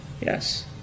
Yes